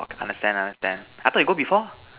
okay understand understand I thought you go before